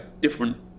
different